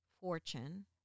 Fortune